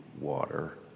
water